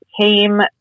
came